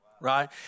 right